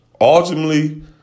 ultimately